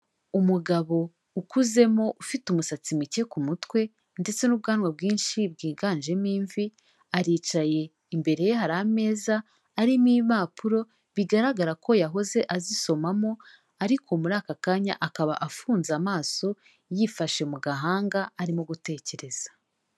Umugabo ukuzemo ufite umusatsi muke ku mutwe, ndetse n'ubwanwa bwinshi bwiganjemo imvi, aricaye imbere ye hari ameza arimo impapuro, bigaragara ko yahoze azisomamo, ariko muri aka kanya akaba afunze amaso, yifashe mu gahanga, arimo gutekereza.